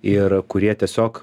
ir kurie tiesiog